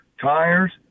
tires